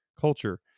culture